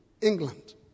England